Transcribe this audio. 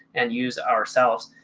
and use ourselves.